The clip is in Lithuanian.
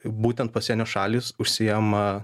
būtent pasienio šalys užsiima